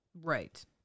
Right